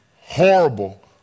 Horrible